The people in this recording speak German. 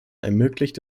ermöglicht